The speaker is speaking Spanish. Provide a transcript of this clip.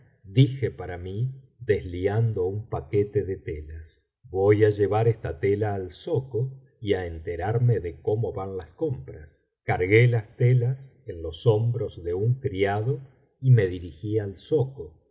dije para mí desliando un paquete de telas voy á llevar esta tela al zoco y á enterarme de cómo van las compras cargué las telas en los hombros de un criado y me dirigí al zoco